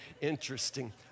interesting